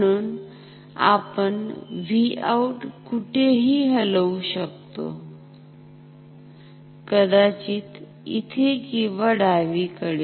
म्हणून आपण हा Vout कुठेही हलवु शकतो कदाचित इथे किंवा डावीकडे